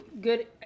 good